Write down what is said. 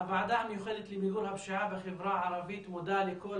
הוועדה המיוחדת למיגור הפשיעה בחברה הערבית מודה לכל